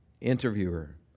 Interviewer